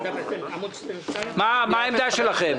מה העמדה שלכם?